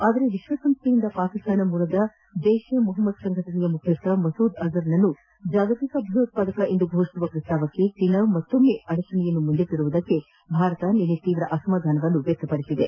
ಆದರೆ ವಿಶ್ವಸಂಸ್ಥೆಯಿಂದ ಪಾಕಿಸ್ತಾನ ಮೂಲದ ಜೈಷ್ ಇ ಮೊಹಮ್ಮದ್ ಸಂಘಟನೆಯ ಮುಖ್ಯಸ್ಥ ಮಸೂದ್ ಅಜರ್ನನ್ನು ಜಾಗತಿಕ ಭಯೋತ್ಪಾದಕ ಎಂದು ಫೋಷಿಸುವ ಪ್ರಸ್ತಾವಕ್ಕೆ ಚೀನಾ ಮತ್ತೊಮ್ಮೆ ತಾಂತ್ರಿಕ ಅಡಚಣೆಯನ್ನು ಮುಂದಿಟ್ಟಿರುವುದಕ್ಕೆ ಭಾರತ ನಿನ್ನೆ ರಾತ್ರಿ ತೀವ್ರ ಅಸಮಾಧಾನ ವ್ಯಕ್ತಪಡಿಸಿದೆ